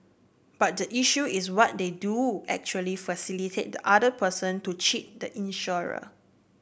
but the issue is what they do actually facilitate the other person to cheat the insurer